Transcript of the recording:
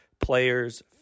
players